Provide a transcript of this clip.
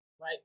right